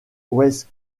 west